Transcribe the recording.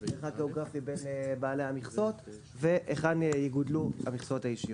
מרחק גיאוגרפי בין בעלי המכסות והיכן יגודלו המכסות האישיות.